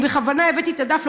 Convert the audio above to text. אני בכוונה הבאתי את הדף,